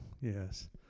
yes